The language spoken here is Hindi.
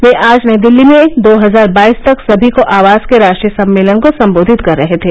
ये आज नई दिल्ली में दो हजार बाईस तक सभी को आवास के राष्ट्रीय सम्मेलन को संबोधित कर रहे थे